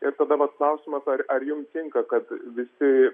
ir tada vat klausimas ar ar jum tinka kad visi